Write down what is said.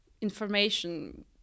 information